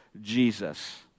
Jesus